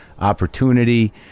opportunity